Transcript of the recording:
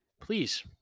please